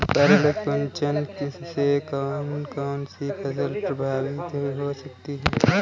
पर्ण कुंचन से कौन कौन सी फसल प्रभावित हो सकती है?